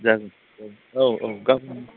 जागोन औ औ गाबोन